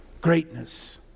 Greatness